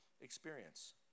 experience